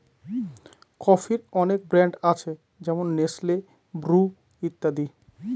কফির অনেক ব্র্যান্ড আছে যেমন নেসলে, ব্রু ইত্যাদি